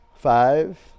Five